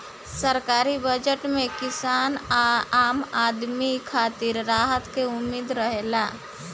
सरकारी बजट में किसान आ आम आदमी खातिर राहत के उम्मीद रहेला